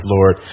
Lord